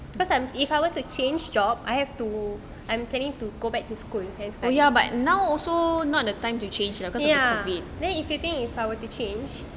cause if I were to change job I have to I'm planning to go back to school study ya then if you think if I want to change